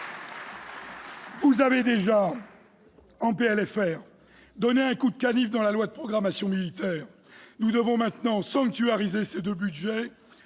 Vous avez déjà, en PLFR, donné un coup de canif à la loi de programmation militaire. Nous devons maintenant sanctuariser ces deux budgets.